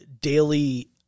daily